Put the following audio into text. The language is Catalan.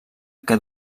que